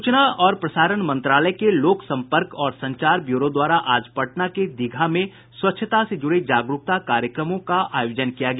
सूचना प्रसारण मंत्रालय के लोक संपर्क और संचार ब्यूरो द्वारा आज पटना के दीघा में स्वच्छता से जुड़े जागरूकता कार्यक्रमों का आयोजन किया गया